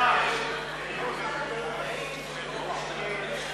ההצעה להסיר מסדר-היום את הצעת חוק ההדדיות בעניין אסירים ביטחוניים,